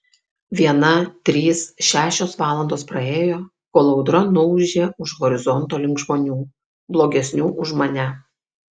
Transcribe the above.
viena trys šešios valandos praėjo kol audra nuūžė už horizonto link žmonių blogesnių už mane